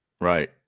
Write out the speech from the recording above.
Right